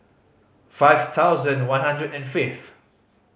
five thousand one hundred and fifth